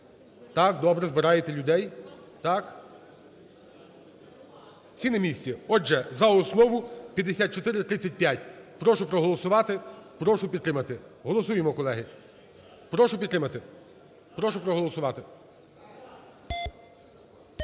Так, добре, збираєте людей. Так. Всі на місці? Отже, за основу 5435. Прошу проголосувати, прошу підтримати. Голосуємо, колеги. Прошу підтримати. Прошу проголосувати.